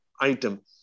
item